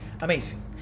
Amazing